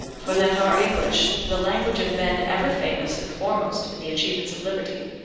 for that our english, the language of men ever famous and foremost in the achievements of liberty,